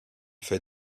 fait